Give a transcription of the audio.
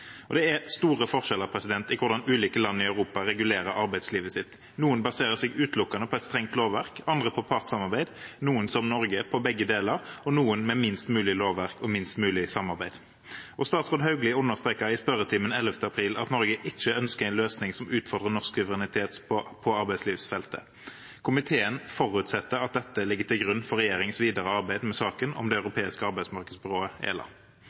for. Det er store forskjeller i hvordan ulike land i Europa regulerer arbeidslivet sitt. Noen baserer seg utelukkende på et strengt lovverk, andre på partssamarbeid, noen – som Norge – på begge deler og noen på minst mulig lovverk og minst mulig samarbeid. Statsråd Hauglie understreket i spørretimen 11. april at Norge ikke ønsker en løsning som utfordrer norsk suverenitet på arbeidslivsfeltet. Komiteen forutsetter at dette ligger til grunn for regjeringens videre arbeid med saken om det europeiske arbeidsmarkedsbyrået, ELA.